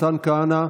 מתן כהנא,